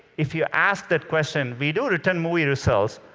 if you ask that question, we do return movie results,